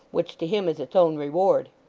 which to him is its own reward.